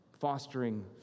fostering